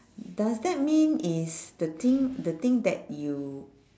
does that mean is the thing the thing that you